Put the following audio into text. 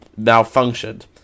malfunctioned